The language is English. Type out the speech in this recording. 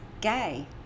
gay